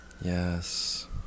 Yes